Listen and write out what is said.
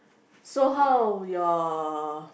so how your